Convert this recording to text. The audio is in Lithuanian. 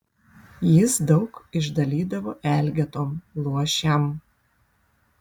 jis daug išdalydavo elgetom luošiam